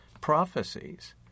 prophecies